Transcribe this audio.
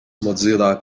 mozilla